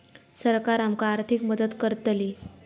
सरकार आमका आर्थिक मदत करतली?